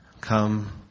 come